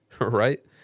right